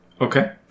Okay